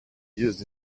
used